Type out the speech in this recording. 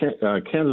Kansas